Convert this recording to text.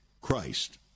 Christ